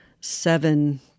seven